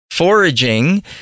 Foraging